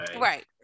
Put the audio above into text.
right